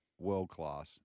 world-class